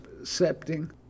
accepting